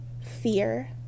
fear